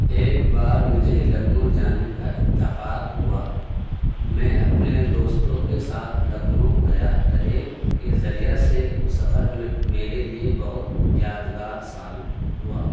ایک بار مجھے لکھنؤ جانے کا اتفاق ہوا میں اپنے دوستوں کے ساتھ لکھنؤ گیا ٹرین کے ذریعہ سے وہ سفر میرے لیے بہت یادگار ثابت ہوا